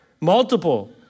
multiple